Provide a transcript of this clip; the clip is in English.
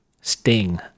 sting